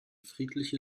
friedliche